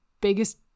biggest